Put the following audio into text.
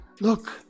Look